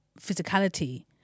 physicality